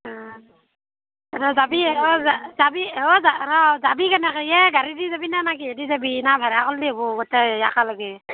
অঁ ৰ যাবি অঁ যাবি অঁ ৰ যাবি কেনেকৈ এই গাড়ী দি যাবিনে নে কিহেদি যাবি নে ভাড়া কৰিলে হ'ব গোটেই একেলগে